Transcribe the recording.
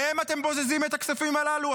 מהם אתם בוזזים את הכספים הללו,